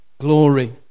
Glory